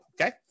okay